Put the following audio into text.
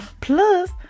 plus